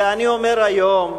ואני אומר היום,